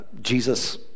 Jesus